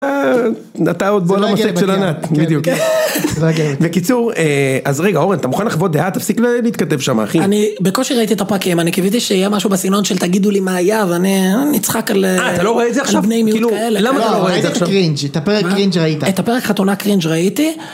בקיצור אז רגע אורן אתה מוכן לחוות דעת תפסיק להתכתב שם אחי אני בקושי ראיתי את הפאקים אני קיבלתי שיהיה משהו בסגנון של תגידו לי מה היה ואני נצחק על בני מיעוט כאלה למה אתה לא רואה את זה עכשיו את הפרק חתונה קרינג' ראיתי.